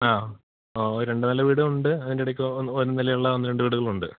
ആ രണ്ട് നില വീടുകളുണ്ട് അതിൻ്റെ ഇടയ്ക്ക് ഒരു നില ഉള്ള ഒന്ന് രണ്ട് വീടുകളുണ്ട്